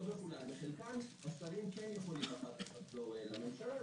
השרים כן יכולים אחר כך לחזור לממשלה,